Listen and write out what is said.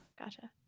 Gotcha